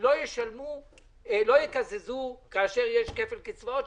לא יקזזו כאשר יש כפל קצבאות,